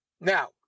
Now